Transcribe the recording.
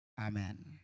Amen